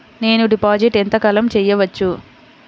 నేను డిపాజిట్ ఎంత కాలం చెయ్యవచ్చు?